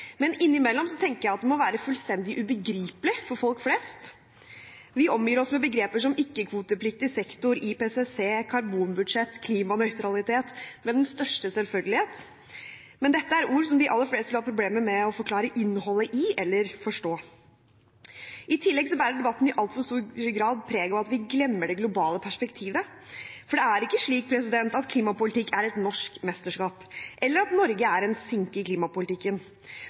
men innimellom tenker jeg at den må være fullstendig ubegripelig for folk flest. Vi omgir oss med begreper som ikke-kvotepliktig sektor, IPCC, karbonbudsjett og klimanøytralitet med den største selvfølgelighet, men dette er ord som de aller fleste vil ha problemer med å forklare innholdet i eller forstå. I tillegg bærer debatten i altfor stor grad preg av at vi glemmer det globale perspektivet, for det er ikke slik at klimapolitikk er et norsk mesterskap, eller at Norge er en sinke i klimapolitikken.